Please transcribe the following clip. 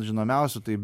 žinomiausių tai